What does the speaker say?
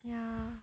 yeah